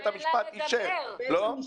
בית המשפט אישר, לא?